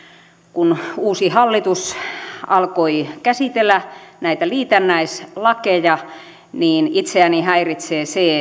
kun uusi hallitus alkoi käsitellä näitä liitännäislakeja näitä itseäni häiritsee se